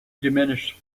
diminished